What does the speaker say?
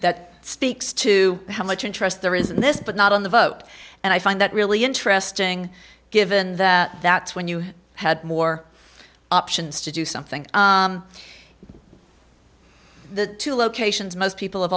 that speaks to how much interest there is in this but not on the vote and i find that really interesting given that that's when you had more options to do something the two locations most people have